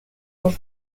dos